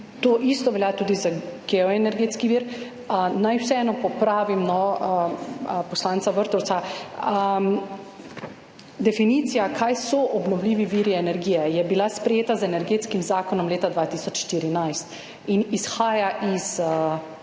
To isto velja tudi za geoenergetski vir. Naj vseeno popravim poslanca Vrtovca, definicija, kaj so obnovljivi viri energije, je bila sprejeta z Energetskim zakonom leta 2014 in izhaja iz